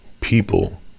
people